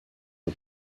are